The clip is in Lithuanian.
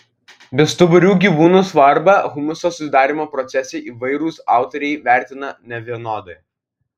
bestuburių gyvūnų svarbą humuso susidarymo procese įvairūs autoriai vertina nevienodai